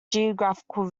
geographical